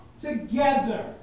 together